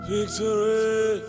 Victory